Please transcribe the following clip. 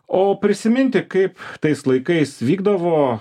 o prisiminti kaip tais laikais vykdavo